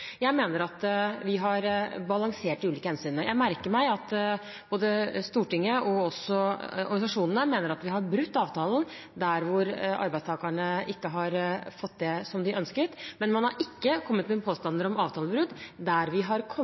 Jeg mener at vi har balansert de ulike hensynene. Jeg merker meg at både Stortinget og organisasjonene mener at vi har brutt avtalen der hvor arbeidstakerne ikke har fått det som de ønsket, men man har ikke kommet med påstander om avtalebrudd der vi har kommet